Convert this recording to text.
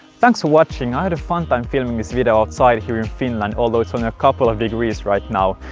thanks for watching, i had a fun time filming this video outside here in finland although it's only a couple of degrees here right now.